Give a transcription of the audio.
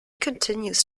continues